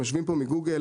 יושבים פה מגוגל.